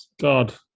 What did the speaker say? God